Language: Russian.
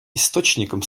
источником